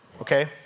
okay